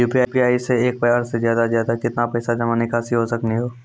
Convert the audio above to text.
UPI से एक बार मे ज्यादा से ज्यादा केतना पैसा जमा निकासी हो सकनी हो?